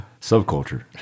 Subculture